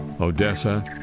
Odessa